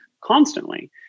constantly